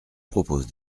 propose